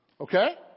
Okay